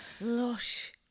Lush